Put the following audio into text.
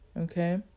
okay